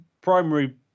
primary